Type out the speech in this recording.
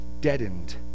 deadened